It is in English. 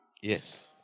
Yes